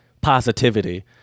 positivity